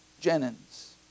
Jennings